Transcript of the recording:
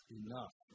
enough